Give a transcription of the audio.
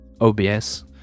OBS